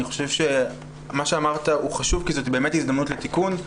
אני חושב שמה שאמרת הוא חשוב כי זו באמת הזדמנות לתיקון.